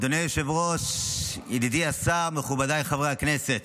אדוני היושב-ראש, ידידי השר, מכובדיי חברי הכנסת,